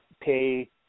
pay